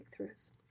breakthroughs